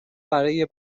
برای